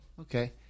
Okay